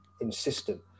insistent